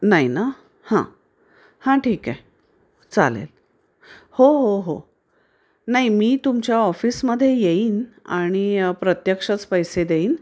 नाही ना हां हां ठीक आहे चालेल हो हो हो नाही मी तुमच्या ऑफिसमध्ये येईन आणि प्रत्यक्षच पैसे देईन